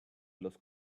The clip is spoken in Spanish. los